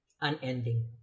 unending